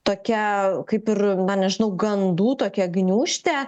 tokia kaip ir na nežinau gandų tokia gniūžtė